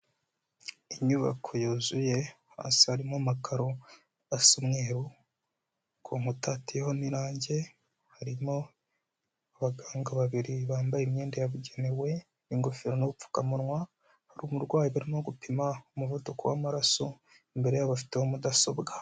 Inyubako yuzuye hasi harimo amakaro asa umweru, ku nkuta hateyeho n'irange, harimo abaganga babiri bambaye imyenda yabugenewe n'ingofero no n'ubupfukamunwa, hari umurwayi barimo gupima umuvuduko w'amaraso imbere yabo bafite mudasobwa.